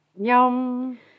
Yum